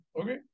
okay